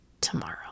tomorrow